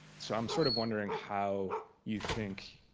so i'm sort of wondering how you think